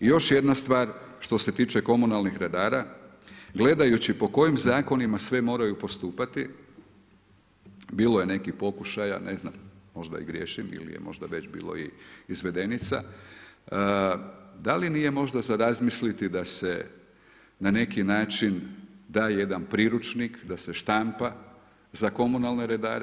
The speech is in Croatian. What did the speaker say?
I još jedna stvar, što se tiče komunalnih redara, gledajući po kojim zakonima sve moraju postupati bilo je nekih pokušaja, ne znam možda i griješim ili je možda već bili i izvedenica, da li nije možda za razmisliti da se na neki način da jedan priručnik da se štampa za komunalne redare?